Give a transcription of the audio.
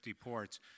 ports